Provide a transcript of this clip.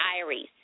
diaries